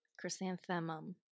Chrysanthemum